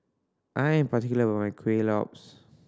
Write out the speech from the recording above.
I am particular about my Kueh Lopes